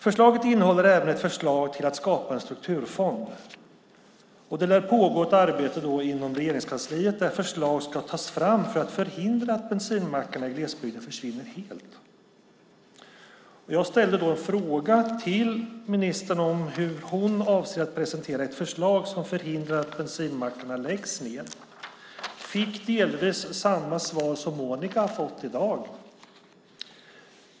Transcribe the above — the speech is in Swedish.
Förslaget innehåller även ett förslag till att skapa en strukturfond, och det lär pågå ett arbete inom Regeringskansliet där förslag ska tas fram för att förhindra att bensinmackarna i glesbygden försvinner helt. Jag ställde en fråga till ministern om hur hon avser att presentera ett förslag som förhindrar att bensinmackarna läggs ned. Jag fick delvis samma svar som Monica har fått i dag.